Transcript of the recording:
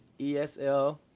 ESL